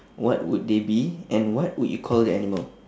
what would they be and what would you call the animal